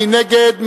מי נגד?